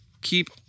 Keep